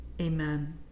Amen